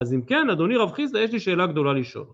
אז אם כן, אדוני רב חיסדא, יש לי שאלה גדולה לשאול.